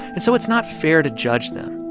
and so it's not fair to judge them.